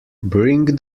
bring